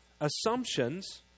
assumptions